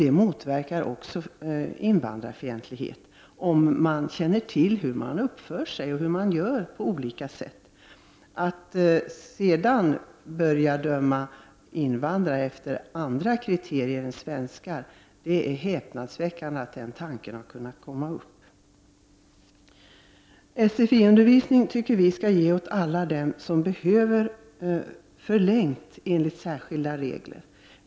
Det motverkar också invandrarfientlighet om invandrarna känner till hur man skall uppföra sig i olika situationer. Det är häpnadsväckande att tanken har kommit upp att döma invandrare efter andra kriterier än vad som gäller för svenskar. Vi tycker att sfi-undervisning skall ges åt alla dem som behöver förlängd undervisning enligt de särskilda regler som finns.